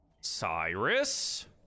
Cyrus